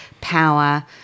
power